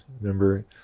Remember